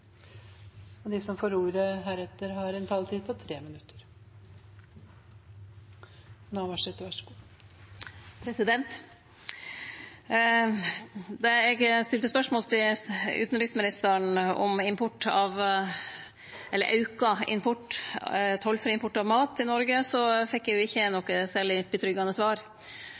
som heretter får ordet, har en taletid på inntil 3 minutter. Då eg stilte spørsmål til utanriksministeren om auka tollfri import av mat til Noreg, fekk eg ikkje noko særleg tryggande svar.